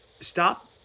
stop